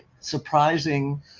surprising